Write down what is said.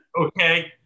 Okay